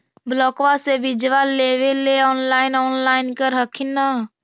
ब्लोक्बा से बिजबा लेबेले ऑनलाइन ऑनलाईन कर हखिन न?